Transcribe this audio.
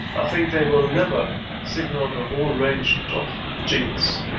ah think they will never signal the whole range of genes.